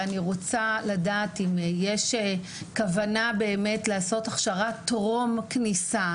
אני רוצה לדעת אם יש כוונה באמת לעשות הכשרה טרום כניסה,